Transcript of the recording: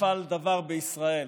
נפל דבר בישראל.